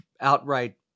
outright